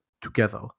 together